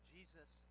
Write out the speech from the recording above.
Jesus